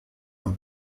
and